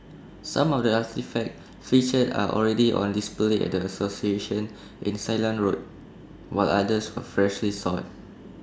some of the artefacts featured are already on display at the association in Ceylon road while others were freshly sought